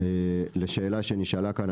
לשאלה שנשאלה כאן,